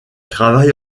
travaille